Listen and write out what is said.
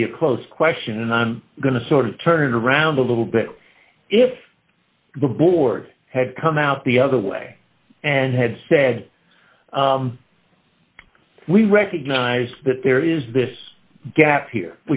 to be a close question and i'm going to sort of turn it around a little bit if the board had come out the other way and had said we recognize that there is this gap here